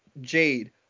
Jade